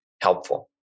helpful